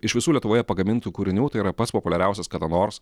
iš visų lietuvoje pagamintų kūrinių tai yra pats populiariausias kada nors